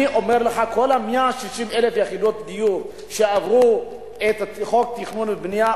כל 160,000 יחידות הדיור שעברו את חוק התכנון והבנייה,